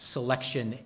Selection